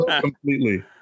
completely